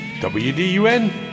W-D-U-N